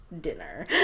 dinner